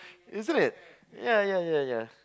isn't it yeah yeah yeah